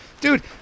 dude